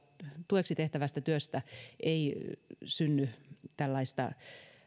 tueksi tehtävästä työstä ei synny tällaista